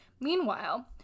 Meanwhile